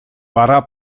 пора